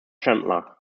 chandler